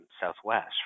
southwest